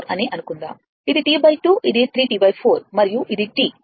ఇది T 2 ఇది 3 T 4 మరియు ఇది T